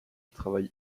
travaille